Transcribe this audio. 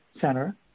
Center